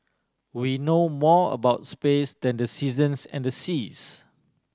we know more about space than the seasons and the seas